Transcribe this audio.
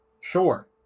Sure